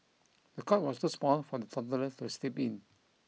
the cot was too small for the toddler to sleep in